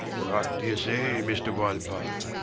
what do you say, mr. walpole?